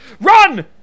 run